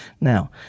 Now